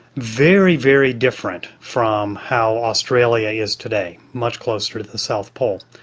very, very different from how australia is today, much closer to the south pole.